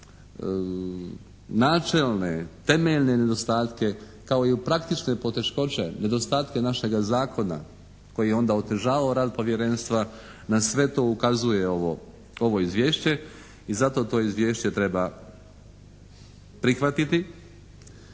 načelne, temeljne nedostatke kao i u praktične poteškoće, nedostatke našega zakona koji je onda otežavao rad povjerenstva na sve to ukazuje ovo, ovo izvješće i zato to izvješće treba prihvatiti.